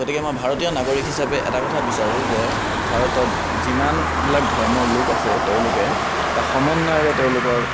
গতিকে মই ভাৰতীয় নাগৰিক হিচাপে এটা কথা বিচাৰোঁ যে ভাৰতত যিমানবিলাক ধৰ্মৰ লোক আছে তেওঁলোকে এটা সমন্বয়েৰে তেওঁলোকৰ